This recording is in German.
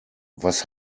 was